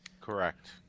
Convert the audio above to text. Correct